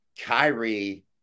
Kyrie